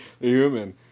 human